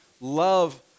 love